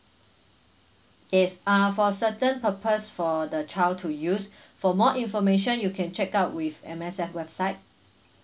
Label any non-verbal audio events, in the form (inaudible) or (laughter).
yes uh for certain purpose for the child to use (breath) for more information you can check out with M_S_F website